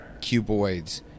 cuboids